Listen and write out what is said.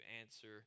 answer